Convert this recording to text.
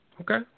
Okay